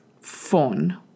phone